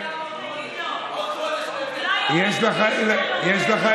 עתה מוצע לקבוע בחוק הכנסת השלמה להסדר המוצע שבחוק-היסוד.